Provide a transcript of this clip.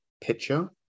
picture